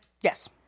Yes